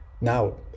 Now